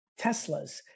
Teslas